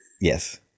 Yes